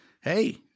Hey